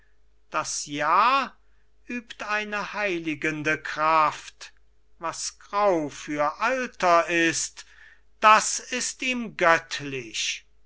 das jahr übt eine heiligende kraft was grau für alter ist das ist ihm göttlich